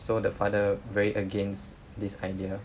so the father very against this idea